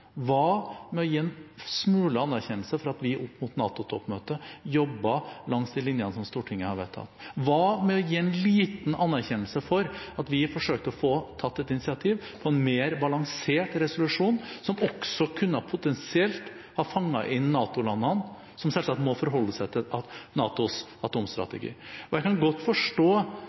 Hva med å gi en smule anerkjennelse for at vi opp mot NATO-toppmøtet jobbet langs de linjene som Stortinget har vedtatt? Hva med å gi en liten anerkjennelse for at vi forsøkte å få tatt et initiativ til en mer balansert resolusjon, som potensielt også kunne ha fanget inn NATO-landene, som selvsagt må forholde seg til NATOs atomstrategi? Jeg kan godt forstå